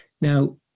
Now